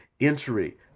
entry